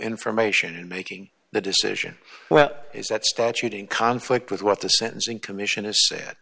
information making the decision well is that statute in conflict with what the sentencing commission is s